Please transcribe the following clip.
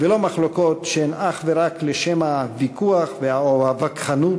ולא מחלוקות שהן אך ורק לשם הוויכוח או הווכחנות